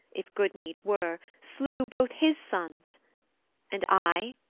if good need were, slew both his sons and i,